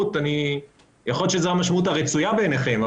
יכול להיות שזאת המשמעות הרצויה בעיניכם,